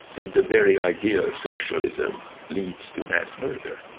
the the very idea of socialism leads to mass murder.